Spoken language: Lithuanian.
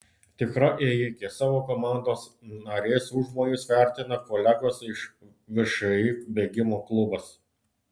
tikra ėjikė savo komandos narės užmojus vertina kolegos iš všį bėgimo klubas